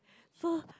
so